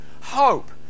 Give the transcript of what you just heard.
hope